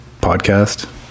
podcast